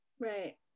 Right